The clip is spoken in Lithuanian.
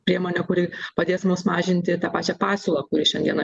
priemonė kuri padės mums mažinti tą pačią pasiūlą kuri šiandieną